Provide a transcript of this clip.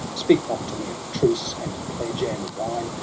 speak not to me of truce, and pledge, and wine!